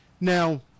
Now